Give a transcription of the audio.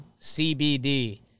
CBD